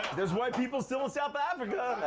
there's white people still in south africa,